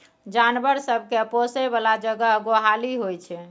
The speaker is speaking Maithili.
जानबर सब केँ पोसय बला जगह गोहाली होइ छै